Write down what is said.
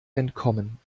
entkommen